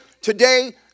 today